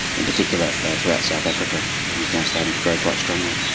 in particular throughout south africa, and is now starting to grow quite strongly.